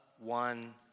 one